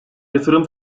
yatırım